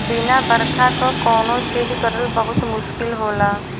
बिना बरखा क कौनो चीज करल बहुत मुस्किल होला